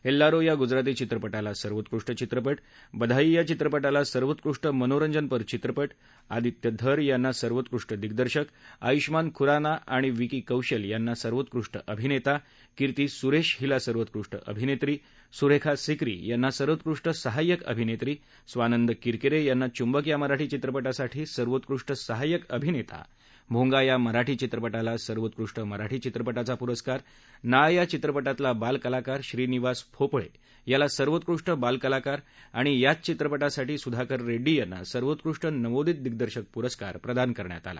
हेलारो या गुजराती चित्रपटाला सर्वोत्कृष्ट चित्रपट बधाई या चित्रपटाला सर्वोत्कृष्ट मनोरंजनपर चित्रपट अदित्य धर यांना सर्वोत्कृष्ट दिग्दर्शक आय्ष्मान ख्राना आणि विकी कौशल यांना सर्वोत्कृष्ट अभिनेता कीर्ती स्रेश हिला सर्वोत्कृष्ट अभिनेत्री स्रेखा सिकरी यांना सर्वोत्कृष्ट सहायक अभिनेत्री स्वानंद किरकिरे यांना चूंबक या मराठी चित्रपटासाठी सर्वोत्कृष्ट सहाय्यक अभिनेता भोंगा या मराठी चित्रपटाला सर्वोत्कृष्ट मराठी चित्रपट प्रस्कार नाळ या चित्रपटातला बालकलाकार श्रीनिवास पोफळे याला सर्वोत्कृष्ट बालकलाकार आणि याच चित्रपटासाठी सूधाकर रेड़डी यांना सर्वोत्कृष्ट नवोदित दिग्दर्शक प्रस्कार प्रदान करण्यात आला